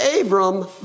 Abram